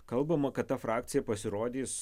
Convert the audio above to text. kalbama kad ta frakcija pasirodys